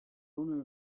owner